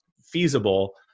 feasible